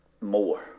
more